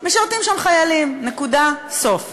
משרתים שם חיילים, נקודה, סוף.